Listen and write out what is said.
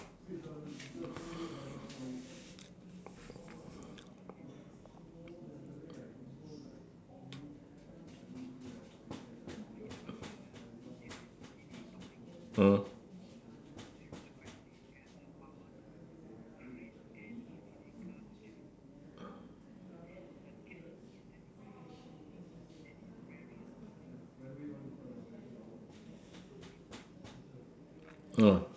hmm